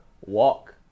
walk